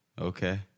Okay